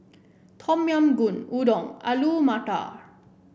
Tom Yam Goong Udon Alu Matar